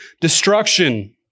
Destruction